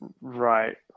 Right